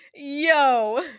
Yo